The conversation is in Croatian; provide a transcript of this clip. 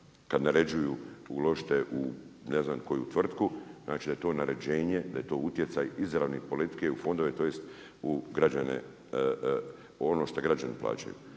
kad naređuju uložite u ne znam koju tvrtku, znači da je to naređenje, da je to utjecaj izravne politike EU fondove, tj. ono što građani plaćaju.